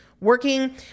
working